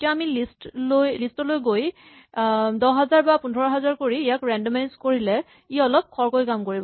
এতিয়া আমি লিষ্ট লৈ গৈ ১০০০০ বা ১৫০০০ কৰি দি ইয়াক ৰেন্ডমাইজ কৰিলে ই অলপ খৰকৈ কাম কৰিব